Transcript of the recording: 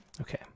okay